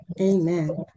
Amen